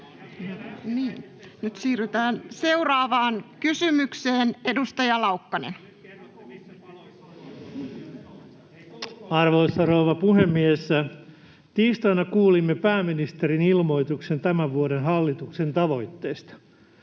Nyt siirrytään seuraavaan kysymykseen. Edustaja Laukkanen. Arvoisa rouva puhemies! Tiistaina kuulimme pääministerin ilmoituksen hallituksen tämän vuoden tavoitteista.